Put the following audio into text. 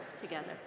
together